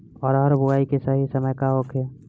अरहर बुआई के सही समय का होखे?